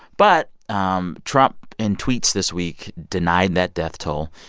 but um trump in tweets this week denied that death toll.